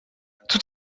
toutes